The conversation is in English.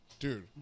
Dude